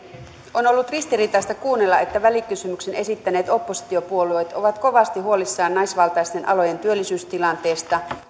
on ollut ristiriitaista kuunnella että välikysymyksen esittäneet oppositiopuolueet ovat kovasti huolissaan naisvaltaisten alojen työllisyystilanteesta